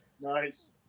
Nice